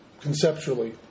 conceptually